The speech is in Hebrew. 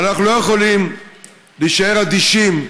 אנחנו לא יכולים להישאר אדישים,